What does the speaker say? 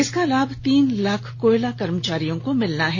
इसका लाभ तीन लाख कोयला कर्मचारियों को मिलेगा